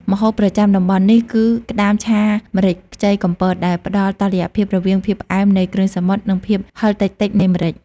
ម្ហូបប្រចាំតំបន់នេះគឺក្តាមឆាម្រេចខ្ចីកំពត ដែលផ្តល់តុល្យភាពរវាងភាពផ្អែមនៃគ្រឿងសមុទ្រ និងភាពហិរតិចៗនៃម្រេច។